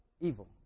evil